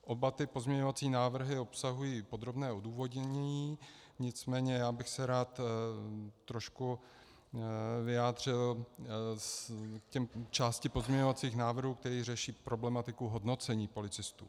Oba pozměňovací návrhy obsahují podrobné odůvodnění, nicméně bych se rád trošku vyjádřil k té části pozměňovacích návrhů, která řeší problematiku hodnocení policistů.